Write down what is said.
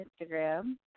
Instagram